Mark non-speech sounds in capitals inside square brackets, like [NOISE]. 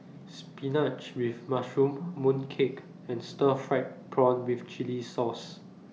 Spinach with Mushroom Mooncake and Stir Fried Prawn with Chili Sauce [NOISE]